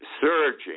surging